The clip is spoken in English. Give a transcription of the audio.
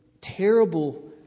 terrible